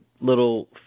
little